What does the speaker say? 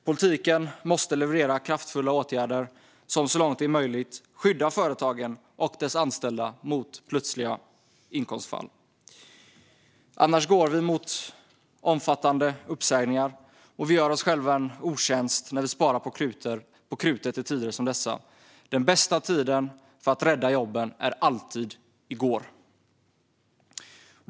Politiken måste leverera kraftfulla åtgärder som så långt det är möjligt skyddar företagen och deras anställda mot plötsliga inkomstbortfall, annars går vi mot omfattande uppsägningar. Vi gör oss själva en otjänst när vi sparar på krutet i tider som dessa. Den bästa tiden för att rädda jobben är alltid i går.